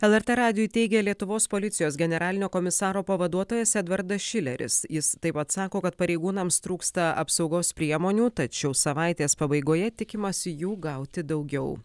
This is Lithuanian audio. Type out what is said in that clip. lrt radijui teigė lietuvos policijos generalinio komisaro pavaduotojas edvardas šileris jis taip pat sako kad pareigūnams trūksta apsaugos priemonių tačiau savaitės pabaigoje tikimasi jų gauti daugiau